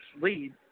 lead